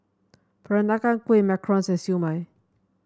Peranakan Kueh macarons and Siew Mai